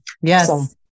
Yes